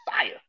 fire